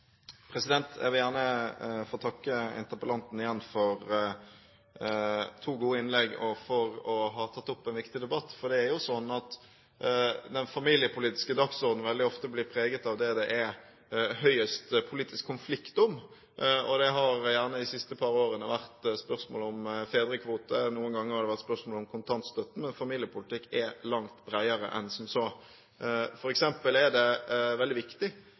Jeg vil gjerne få takke interpellanten igjen for to gode innlegg og for å ha tatt opp en viktig debatt. For det er jo slik at den familiepolitiske dagsordenen veldig ofte blir preget av det som det er høyest politisk konflikt om. De siste par årene har det gjerne vært spørsmål om fedrekvote, noen ganger har det vært spørsmål om kontantstøtten, men familiepolitikk er langt bredere enn som så. Det er f.eks. veldig viktig at vi kan diskutere utviklingen i familievernet, som er en viktig